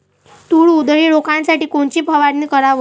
तूर उधळी रोखासाठी कोनची फवारनी कराव?